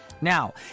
now